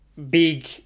Big